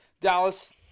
Dallas